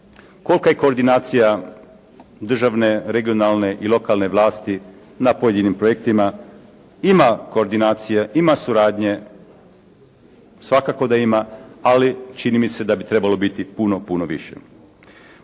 Kolika je koordinacija državne, regionalne i lokalne vlasti na pojedinim projektima? Ima koordinacija, ima suradnje. Svakako da ima. Ali čini mi se da bi trebalo biti puno, puno više.